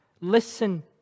Listen